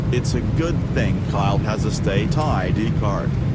it's a good thing kyle has a state id card.